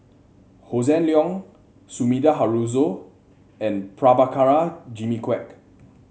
Hossan Leong Sumida Haruzo and Prabhakara Jimmy Quek